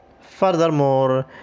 furthermore